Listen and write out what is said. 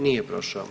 Nije prošao.